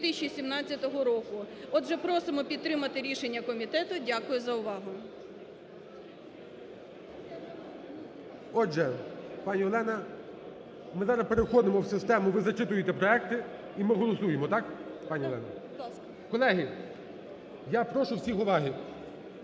2017 року. Отже, просимо підтримати рішення комітету. Дякую за увагу. ГОЛОВУЮЧИЙ. Отже, пані Олена, ми зараз переходимо в систему: ви зачитуєте проекти і ми голосуємо, так, пані Олена? Колеги, я прошу всіх уваги!